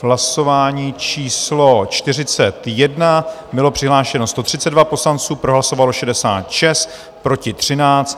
Hlasování číslo 41, bylo přihlášeno 132 poslanců, pro hlasovalo 66, proti 13.